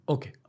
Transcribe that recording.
Okay